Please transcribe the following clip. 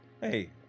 Hey